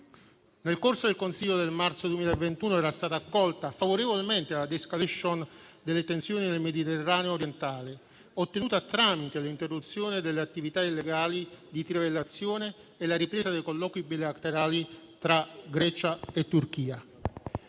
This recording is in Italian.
Nel corso del Consiglio europeo del marzo 2021 era stata accolta favorevolmente la *de-escalation* delle tensioni nel Mediterraneo orientale, ottenuta tramite l'interruzione delle attività illegali di trivellazione e la ripresa dei colloqui bilaterali tra Grecia e Turchia.